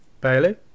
Bailey